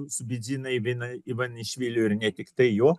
su bidzina ivina ivanišviliu ir ne tik tai juo